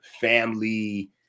family